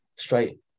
straight